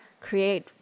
create